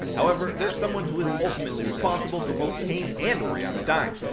however, there's someone who is ultimately responsible for both kayn and orianna dying.